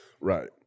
Right